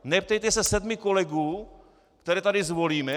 Neptejte se sedmi kolegů, které tady zvolíme.